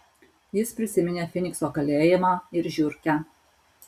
jis prisiminė fynikso kalėjimą ir žiurkę